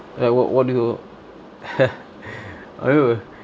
ya what what do you